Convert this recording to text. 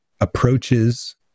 approaches